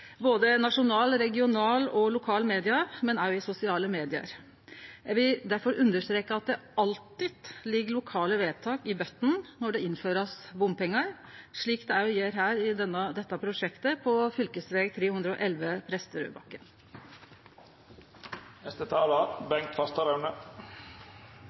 både i nasjonale, i regionale og i lokale medium, men òg i sosiale medium. Eg vil difor understreke at det alltid ligg lokale vedtak i botn når det blir innført bompengar, slik det òg gjer i dette prosjektet på fv. 311